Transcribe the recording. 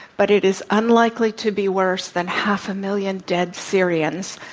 but it is unlikely to be worse than half a million dead syrians,